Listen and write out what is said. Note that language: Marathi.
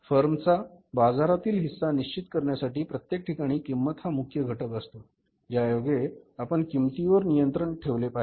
फर्मचा बाजारातील हिस्सा निश्चित करण्यासाठी प्रत्येक ठिकाणी किंमत हा मुख्य घटक असतो ज्यायोगे आपण किंमतीवर नियंत्रण ठेवले पाहिजे